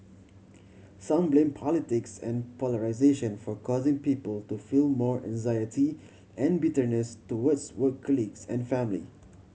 some blame politics and polarisation for causing people to feel more anxiety and bitterness towards work colleagues and family